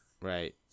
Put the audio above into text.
Right